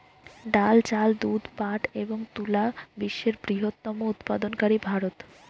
ডাল, চাল, দুধ, পাট এবং তুলা বিশ্বের বৃহত্তম উৎপাদনকারী ভারত